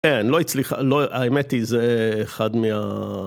כן, לא הצליחה, לא, האמת היא זה אחד מה...